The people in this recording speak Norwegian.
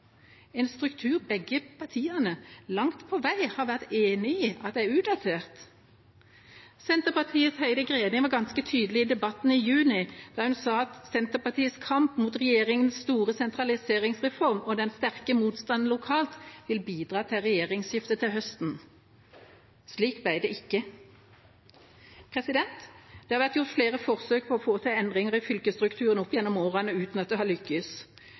gammel struktur, en struktur begge partiene langt på vei har vært enig i er utdatert? Senterpartiets Heidi Greni var ganske tydelig i debatten i juni, da hun sa at «Senterpartiets kamp mot regjeringens store sentraliseringsreform og den sterke motstanden lokalt vil bidra til regjeringsskifte til høsten». Slik ble det ikke. Det har vært gjort flere forsøk på å få til endringer i fylkesstrukturen opp gjennom årene uten at det har lykkes.